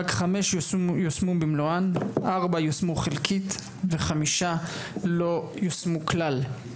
רק חמש יושמו במלואן; ארבע יושמו חלקית וחמש לא יושמו כלל.